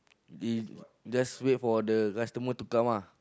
we just wait for the customer to come ah